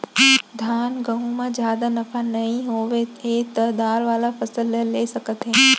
धान, गहूँ म जादा नफा नइ होवत हे त दार वाला फसल ल ले सकत हे